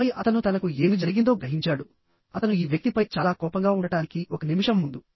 ఆపై అతను తనకు ఏమి జరిగిందో గ్రహించాడు అతను ఈ వ్యక్తిపై చాలా కోపంగా ఉండటానికి ఒక నిమిషం ముందు